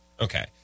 Okay